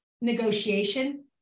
negotiation